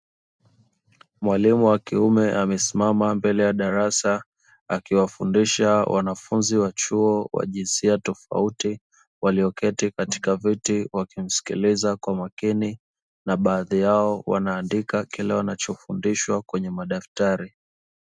Mwalimu wa kiume amesimama mbele ya darasa akiwafundisha wanafunzi wa chuo wa jinsia tofauti, walioketi katika viti wakimsikiliza kwa makini na baadhi yao wanaandika kile wanachofundishwa kwenye madaftari.